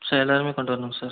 sir எல்லாருமே கொண்டுவரனுங்க sir